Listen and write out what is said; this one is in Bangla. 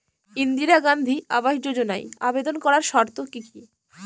ইন্দিরা গান্ধী আবাস যোজনায় আবেদন করার শর্ত কি কি?